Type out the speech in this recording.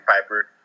Piper